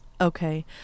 Okay